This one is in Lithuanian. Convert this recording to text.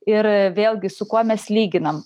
ir vėlgi su kuo mes lyginam